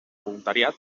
voluntariat